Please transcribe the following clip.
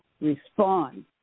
respond